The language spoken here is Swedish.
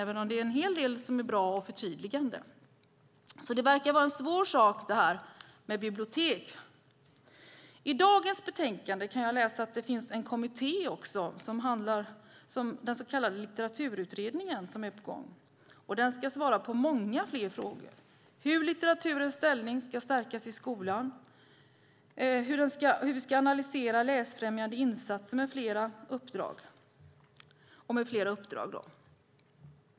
Dock är en hel del bra och förtydligande. Det här med bibliotek verkar vara en svår sak. I det betänkande vi i dag behandlar kan jag läsa att en kommitté, den så kallade Litteraturutredningen, är på gång. Den ska svara på många fler frågor - om hur litteraturens ställning ska stärkas i skolan, om hur vi ska analysera läsfrämjande insatser med flera uppdrag.